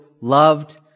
loved